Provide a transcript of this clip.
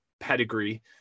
pedigree